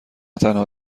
تنها